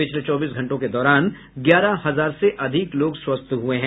पिछले चौबीस घटों के दौरान ग्यारह हजार से अधिक लोग स्वस्थ हुए हैं